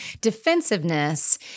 defensiveness